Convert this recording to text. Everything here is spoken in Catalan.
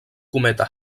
cometa